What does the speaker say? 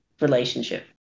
relationship